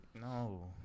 no